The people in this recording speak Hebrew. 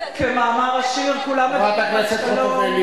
כשכל זה קורה, אתם בממשלה עדיין לא